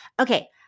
Okay